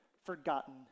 forgotten